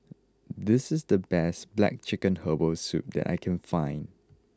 this is the best Black Chicken Herbal Soup that I can find